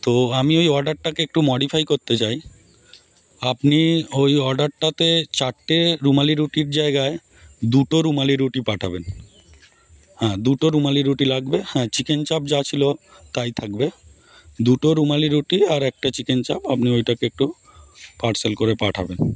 তো আমি ওই অর্ডারটাকে একটু মডিফাই করতে চাই আপনি ওই অর্ডারটাতে চারটে রুমালি রুটির জায়গায় দুটো রুমালি রুটি পাঠাবেন হ্যাঁ দুটো রুমালি রুটি লাগবে হ্যাঁ চিকেন চাপ যা ছিলো তাই থাকবে দুটো রুমালি রুটি আর একটা চিকেন চাপ আপনি ওইটাকে একটু পার্সেল করে পাঠাবেন